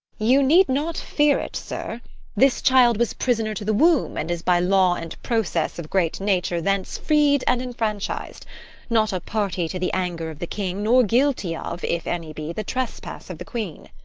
you need not fear it, sir this child was prisoner to the womb, and is, by law and process of great nature thence freed and enfranchis'd not a party to the anger of the king, nor guilty of, if any be, the trespass of the queen.